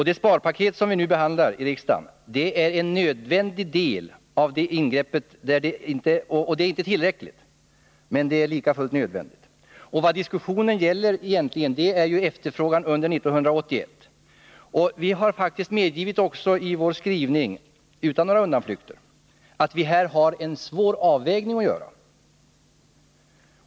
Det sparpaket som riksdagen nu behandlar är en nödvändig del av dessa ingrepp. Det är inte tillräckligt, men likafullt nödvändigt. Vad diskussionen egentligen gäller är efterfrågan under 1981. Vi har i vår skrivning medgivit, utan undanflykter, att vi på den punkten står inför en svår avvägning.